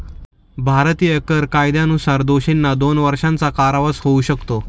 भारतीय कर कायद्यानुसार दोषींना दोन वर्षांचा कारावास होऊ शकतो